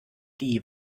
die